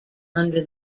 under